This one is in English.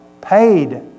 paid